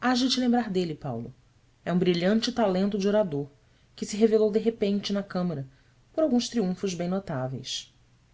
hás de te lembrar dele paulo é um brilhante talento de orador que se revelou de repente na câmara por alguns triunfos bem notáveis